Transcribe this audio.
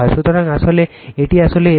সুতরাং আসলে এটি আসলে Fm